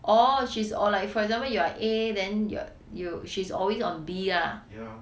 orh she's orh like for example you are A then your you she's always on B ah